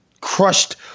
crushed